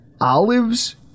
Olives